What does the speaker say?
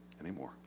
anymore